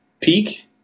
peak